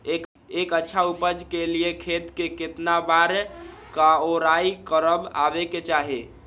एक अच्छा उपज के लिए खेत के केतना बार कओराई करबआबे के चाहि?